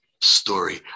story